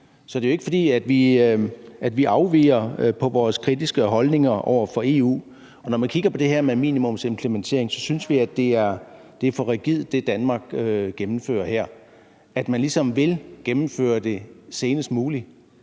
Så det er jo ikke, fordi vi afviger i vores kritiske holdninger over for EU. Når man kigger på det her med minimumsimplementering, synes vi, det, Danmark gennemfører her, er for rigidt, altså at man ligesom vil gennemføre det senest muligt.